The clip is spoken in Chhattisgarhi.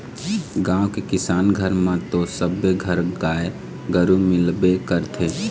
गाँव के किसान घर म तो सबे घर गाय गरु मिलबे करथे